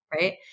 Right